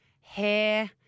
hair